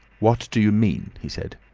what do you mean? he said.